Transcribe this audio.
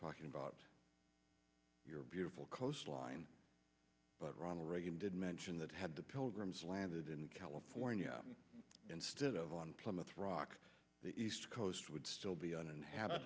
talking about your beautiful coastline but ronald reagan did mention that had the pilgrims landed in california instead of on plymouth rock the east coast would still be uninhabit